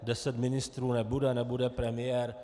Deset ministrů nebude, nebude premiér.